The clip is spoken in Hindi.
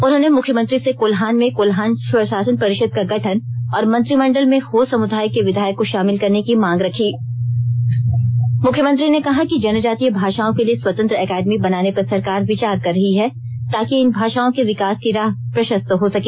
उन्होंने मुख्यमंत्री से कोल्हान में कोल्हान स्वशासन परिषद का गठन और मंत्रिमंडल में हो समुदाय के विधायक को शामिल करने की मांग रखी मुख्यमंत्री ने कहा कि जनजातीय भाषाओं के लिए स्वतंत्र एकेडमी बनाने पर सरकार विचार कर रही है ताकि इन भाषाओं के विकास की राह प्रशस्त हो सके